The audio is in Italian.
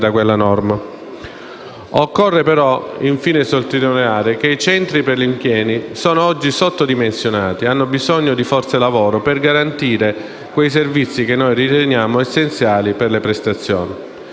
occorre sottolineare che oggi i centri per l’impiego sono sottodimensionati e hanno bisogno di forza lavoro per garantire quei servizi che noi riteniamo essenziali per le prestazioni.